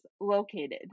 located